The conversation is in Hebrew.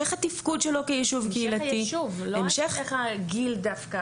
ככל שאתם תתמכו בחוק ולא יהיה לנו פיליבסטר,